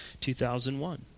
2001